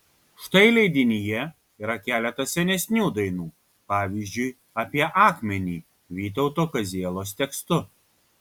štai leidinyje yra keletas senesnių dainų pavyzdžiui apie akmenį vytauto kazielos tekstu